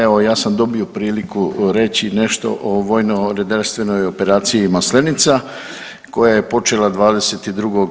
Evo ja sam dobio priliku reći nešto o vojno-redarstvenoj operaciji Maslenica koja je počela 22.